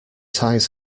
ties